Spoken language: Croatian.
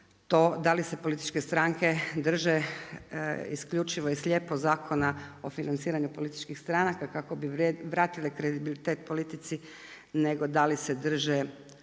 da li se političke stranke i slijepo Zakona o financiranju političkih stranaka kako bi vratile kredibilitet politici nego da li se drže ono